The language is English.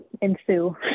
ensue